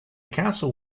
castle